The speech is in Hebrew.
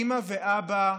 אימא ואבא,